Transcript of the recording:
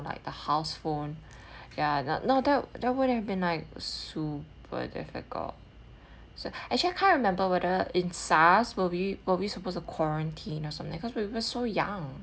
like the house phone ya no no that that would have been like super difficult so actually I can't remember whether in SARS were we were we supposed to quarantine or something cause we were so young